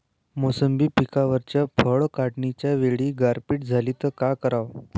मोसंबी पिकावरच्या फळं काढनीच्या वेळी गारपीट झाली त काय कराव?